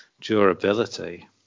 durability